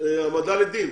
העמדה לדין.